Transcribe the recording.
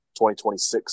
2026